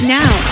now